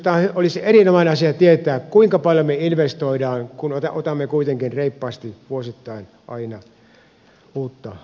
minusta olisi erinomainen asia tietää kuinka paljon me investoimme kun otamme kuitenkin reippaasti vuosittain aina uutta lainaa